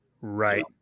Right